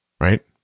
Right